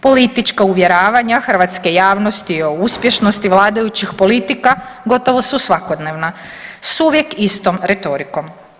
Politička uvjeravanja hrvatske javnosti o uspješnosti vladajućih politika gotovo su svakodnevna s uvijek istom retorikom.